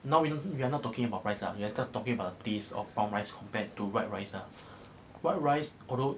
now we~ we are not talking about price ah you are talking about taste of brown rice compared to white rice ah white rice although